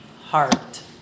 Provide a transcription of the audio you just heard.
heart